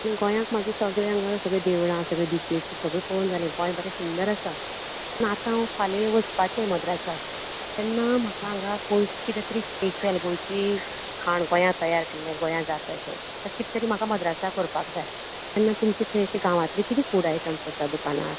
गोंयांत म्हाजें सगळें हांगा सगळें देवळां सगळें बिचीज बीन सगळें पळोवन जालें गोंय बरें सुंदर आसा पूण आतां हांव फाल्यां वचपाचें मद्रासा तेन्ना म्हाका हांगा गोंयची कितें तरी स्पेशियल गोंयची गोंयां तयार केल्लें गोंयां जाता असें कित तरी म्हाका मद्रासाक व्हरपाक जाय तेन्ना तुमचे असे गांवांतले कितें फूड आयटम्स आसा दुकानार